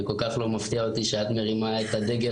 וכל כך לא מפתיע אותי שאת מרימה את הדגל